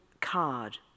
card